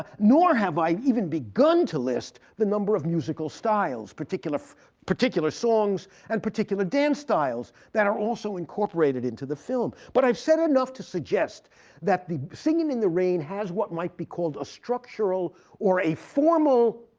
nor have i even begun to list the number of musical styles particular particular songs and particular dance styles that are also incorporated into the film. but i've said enough to suggest that singin' in the rain has what might be called a structural or a formal